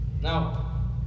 Now